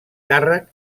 càrrec